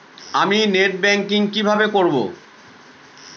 আমি net banking কিভাবে করব?